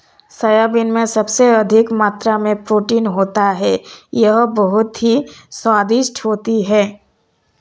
soybean में सबसे अधिक मात्रा में प्रोटीन होता है यह बहुत ही स्वादिष्ट होती हैं